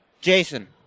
Jason